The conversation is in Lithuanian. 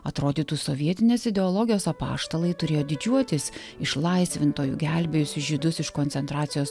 atrodytų sovietinės ideologijos apaštalai turėjo didžiuotis išlaisvintoju gelbėjusiu žydus iš koncentracijos